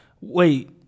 Wait